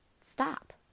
stop